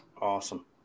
Awesome